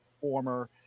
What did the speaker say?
former